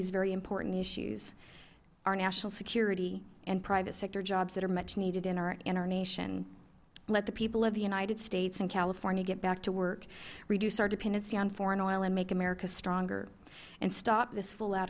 these very important issues our national security and privatesector jobs that are much needed in our nation let the people of the united states and california get back to work reduce our dependency on foreign oil and make america stronger and stop this fullout